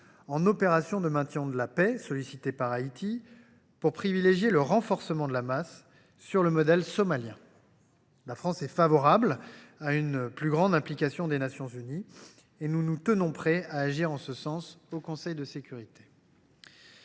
en opération de maintien de la paix, pour privilégier le renforcement de la MMAS sur le modèle somalien. La France est favorable à une plus grande implication des Nations unies et nous nous tenons prêts à agir en ce sens au Conseil de sécurité.